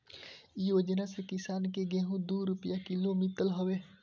इ योजना से किसान के गेंहू दू रूपिया किलो मितल हवे